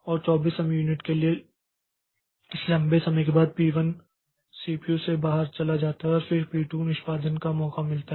और 24 समय युनिट के इस लंबे समय के बाद P1 सीपीयू से बाहर चला जाता है फिर P2 को निष्पादन का मौका मिलता है